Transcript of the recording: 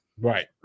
right